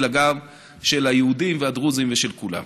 אלא גם של היהודים ושל הדרוזים ושל כולם.